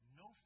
no